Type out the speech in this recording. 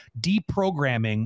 deprogramming